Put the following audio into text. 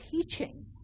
teaching